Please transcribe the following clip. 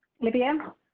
libya